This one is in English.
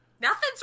Nothing's